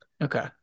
Okay